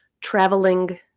traveling